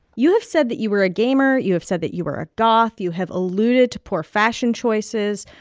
you have said that you were a gamer. you have said that you were a goth. you have alluded to poor fashion choices.